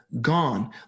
gone